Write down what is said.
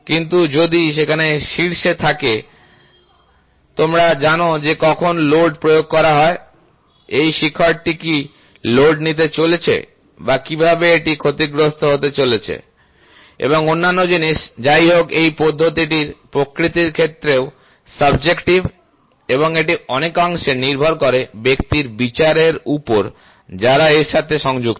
কিন্ত যদি সেখানে শীর্ষে থাকে তোমরা জান না কখন লোড প্রয়োগ করা হয় এই শিখরটি কী লোড নিতে চলেছে বা কীভাবে এটি ক্ষতিগ্রস্ত হতে চলেছে এবং অন্যান্য জিনিস যাইহোক এই পদ্ধতিটি প্রকৃতির ক্ষেত্রেও সাবজেক্টিভ এবং এটি অনেকাংশে নির্ভর করে ব্যক্তির বিচারের উপর যারা এর সাথে যুক্ত